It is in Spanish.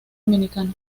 dominicana